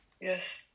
Yes